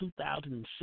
2006